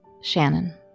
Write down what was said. Shannon